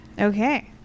Okay